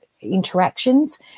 interactions